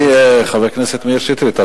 אדוני חבר הכנסת מאיר שטרית,